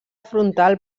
frontal